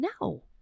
No